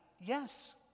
Yes